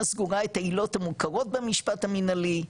סגורה את העילות המוכרות במשפט המינהלי,